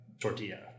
tortilla